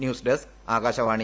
news desk Akashvani